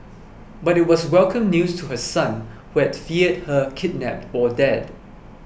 but it was welcome news to her son who had feared her kidnapped or dead